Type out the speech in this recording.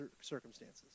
circumstances